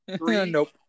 Nope